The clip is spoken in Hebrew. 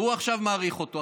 והוא עכשיו מאריך אותו.